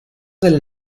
del